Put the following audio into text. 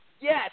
Yes